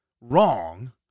wrong